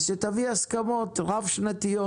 שתביא הסכמות רב-שנתיות,